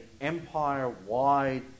empire-wide